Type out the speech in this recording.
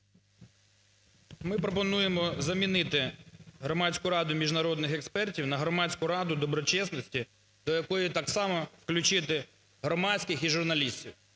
Ми пропонуємо замінити Громадську раду міжнародних експертів на Громадську раду доброчесності, до якої так само включити громадськість і журналістів.